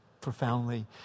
profoundly